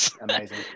amazing